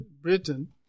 Britain